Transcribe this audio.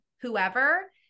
whoever